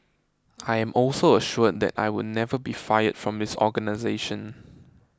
I am also assured that I would never be fired from this organisation